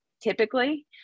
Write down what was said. typically